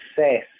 success